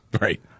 Right